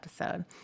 episode